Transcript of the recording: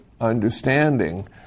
understanding